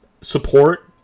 support